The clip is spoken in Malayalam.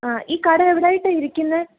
ആ ഈ കട എവിടായിട്ടാണ് ഇരിക്കുന്നത്